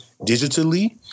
digitally